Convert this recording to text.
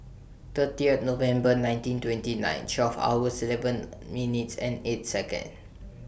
thirtieth November nineteen twenty nine twelve hours eleven minutes and eight Second